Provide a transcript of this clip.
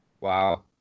Wow